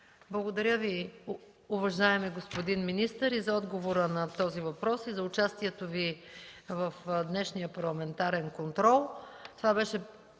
Благодаря Ви, уважаеми господин министър за отговора на този въпрос и за участието Ви в днешния парламентарен контрол.